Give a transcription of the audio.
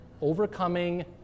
overcoming